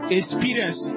experience